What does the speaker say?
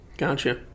Gotcha